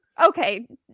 Okay